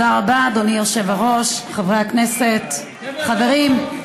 תודה רבה, אדוני היושב-ראש, חברי הכנסת, חברים,